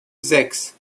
sechs